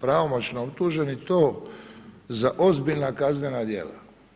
pravomoćno optužen i to za ozbiljna kaznena djela.